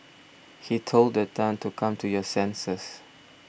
he told Tan to come to your senses